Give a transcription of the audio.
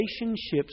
Relationships